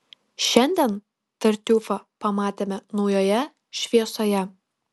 šiandien tartiufą pamatėme naujoje šviesoje